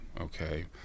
okay